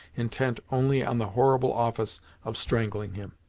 intent only on the horrible office of strangling him.